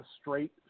straight